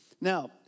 Now